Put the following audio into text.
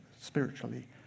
spiritually